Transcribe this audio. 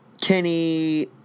kenny